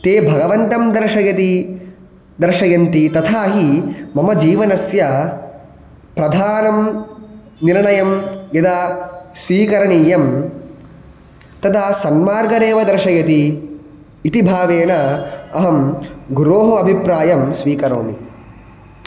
ते भगवन्तं दर्शयति दर्शयन्ति तथा हि मम जीवनस्य प्रधानं निर्णयं यदा स्वीकरणीयं तदा सन्मार्गमेव दर्शयति इति भावेन अहं गुरोः अभिप्रायं स्वीकरोमि